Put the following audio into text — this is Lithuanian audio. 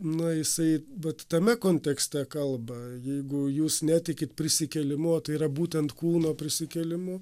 na jisai vat tame kontekste kalba jeigu jūs netikit prisikėlimu o tai yra būtent kūno prisikėlimu